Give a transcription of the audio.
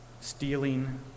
Stealing